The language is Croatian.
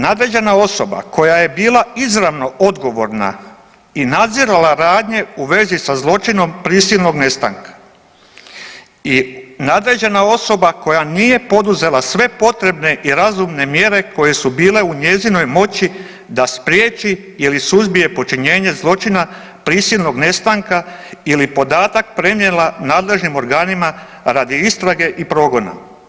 Nadređena osoba koja je bila izravno odgovorna i nadzirala radnje u vezi sa zločinom prisilnog nestanka i nadređena osoba koja nije poduzela sve potrebne i razumne mjere koje su bile u njezinoj moći da spriječi ili suzbije počinjenje zločina prisilnog nestanka ili podatak prenijela nadležnim organima radi istrage i progona.